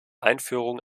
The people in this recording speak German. einführung